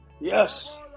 Yes